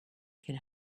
can